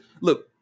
Look